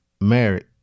married